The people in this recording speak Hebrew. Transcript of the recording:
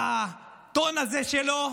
בטון הזה שלו,